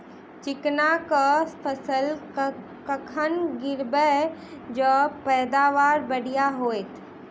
चिकना कऽ फसल कखन गिरैब जँ पैदावार बढ़िया होइत?